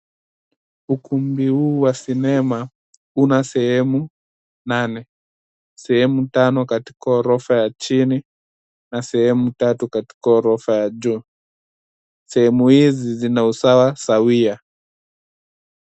Ukumbi huu wa sinema una sehemu nane, sehemu tano katika orofa ya chini na sehemu tatu katika orofa ya juu. Sehemu hizi zina usawa sawia.